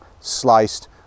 sliced